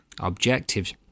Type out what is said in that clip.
objectives